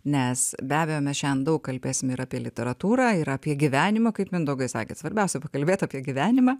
nes be abejo mes šian daug kalbėsim ir apie literatūrą ir apie gyvenimą kaip mindaugai sakėt svarbiausia pakalbėt apie gyvenimą